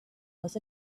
was